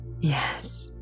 Yes